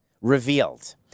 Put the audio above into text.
revealed